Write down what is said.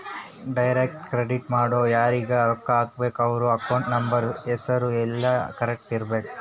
direct credit ಮಾಡೊರು ಯಾರೀಗ ರೊಕ್ಕ ಹಾಕಬೇಕು ಅವ್ರ ಅಕೌಂಟ್ ನಂಬರ್ ಹೆಸರು ಯೆಲ್ಲ ಕರೆಕ್ಟ್ ಇರಬೇಕು